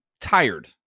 tired